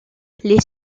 les